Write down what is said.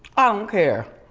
um care.